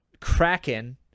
Kraken